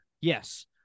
Yes